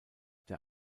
der